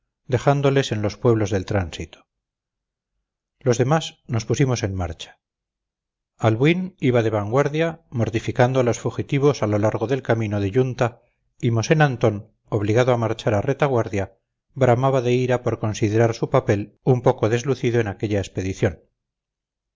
dejándoles en los pueblos del tránsito los demás nos pusimos en marcha albuín iba de vanguardia mortificando a los fugitivos a lo largo del camino de yunta y mosén antón obligado a marchar a retaguardia bramaba de ira por considerar su papel un poco deslucido en aquella expedición